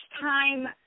time